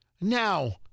Now